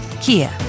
Kia